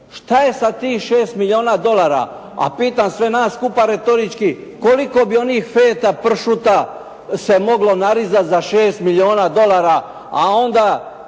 šta je sa tih 6 milijuna dolara, a pitam sve nas skupa retorički, koliko bi oni feta pršuta se moglo narezat za 6 milijuna dolara, a onda